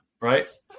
Right